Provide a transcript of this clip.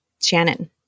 Shannon